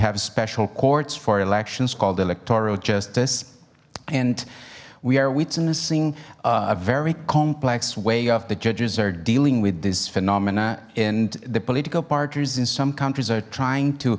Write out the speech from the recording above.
have special courts for elections called electoral justice and we are witnessing a very complex way of the judges are dealing with this phenomena and the political parties in some countries are trying to